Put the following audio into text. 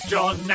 John